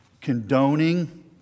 condoning